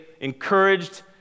encouraged